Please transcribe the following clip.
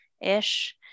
ish